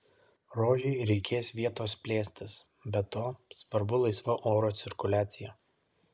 rožei reikės vietos plėstis be to svarbu laisva oro cirkuliacija